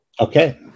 Okay